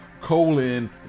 Colon